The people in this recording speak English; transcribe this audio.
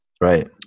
right